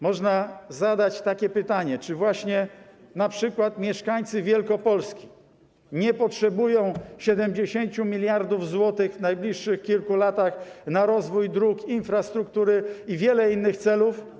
Można zadać takie pytanie: Czy właśnie np. mieszkańcy Wielkopolski nie potrzebują 70 mld zł w najbliższych kilku latach na rozwój dróg, infrastruktury i wiele innych celów?